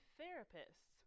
therapists